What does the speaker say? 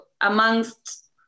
amongst